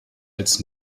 als